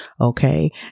okay